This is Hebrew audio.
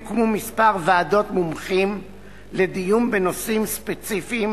הוקמו כמה ועדות מומחים לדיון בנושאים ספציפיים,